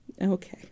Okay